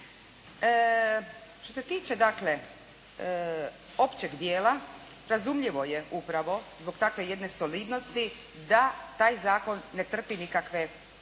Što se tiče dakle, općeg dijela, razumljivo je upravo zbog takve jedne solidnosti da taj Zakon ne trpi nikakve izmjene,